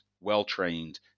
well-trained